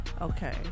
Okay